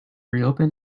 reopen